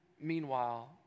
Meanwhile